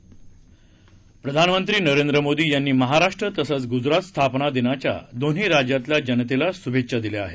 प्रधानमंत्री शभेच्छा प्रधानमंत्री नरेंद्र मोदी यांनी महाराष्ट्र तसंच गुजरात स्थापना दिनाच्या दोन्ही राज्यातल्या जनतेला शुभेच्छा दिल्या आहेत